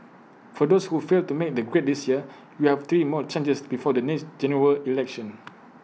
for those who failed to make the grade this year you have three more chances before the next General Election